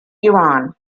iran